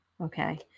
Okay